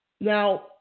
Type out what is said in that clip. Now